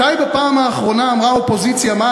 מתי בפעם האחרונה אמרה האופוזיציה מה